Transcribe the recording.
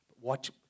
watch